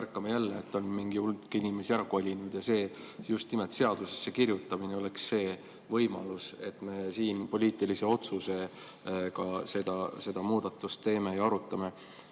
et on mingi hulk inimesi ära kolinud. Just nimelt seadusesse kirjutamine oleks see võimalus, et me siin poliitilise otsusega seda muudatust teeme ja arutame.